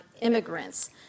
immigrants